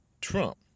Trump